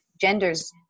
genders